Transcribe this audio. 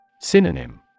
Synonym